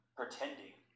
pretending